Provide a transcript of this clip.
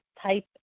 type